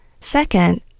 Second